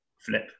flip